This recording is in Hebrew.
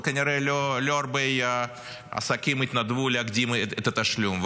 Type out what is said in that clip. וכנראה לא הרבה עסקים יתנדבו להקדים את התשלום.